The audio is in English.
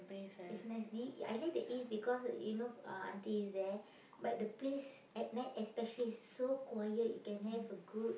is nicely I like the east because you know uh aunty is there but the place at night especially is so quiet you can have a good